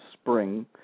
spring